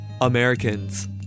Americans